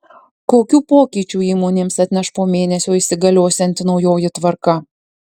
kokių pokyčių įmonėms atneš po mėnesio įsigaliosianti naujoji tvarka